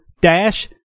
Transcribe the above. Dash